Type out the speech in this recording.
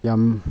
ꯌꯥꯝ